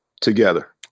together